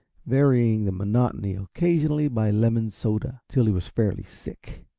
varying the monotony occasionally by lemon soda, till he was fairly sick.